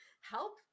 help